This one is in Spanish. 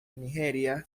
nigeria